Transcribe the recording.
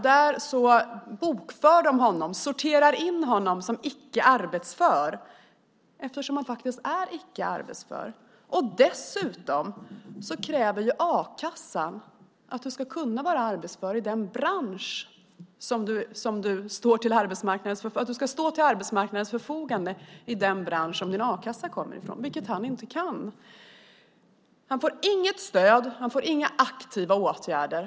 Där sorterade de in honom som icke arbetsför eftersom han faktiskt är icke arbetsför. Dessutom kräver a-kassan att man ska stå till arbetsmarknadens förfogande i den bransch där man har sin a-kassa, vilket han inte kan. Torbjörn får inget stöd. Han får inga aktiva åtgärder.